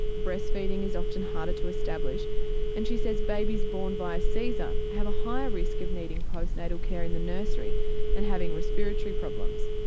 breast feeding is often harder to establish and she says babies born by caesar have a higher risk of needing postnatal care in the nursery and having respiratory problems.